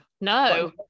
No